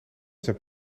zijn